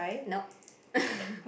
nope